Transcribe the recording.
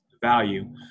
value